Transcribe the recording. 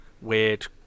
weird